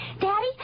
Daddy